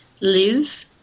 live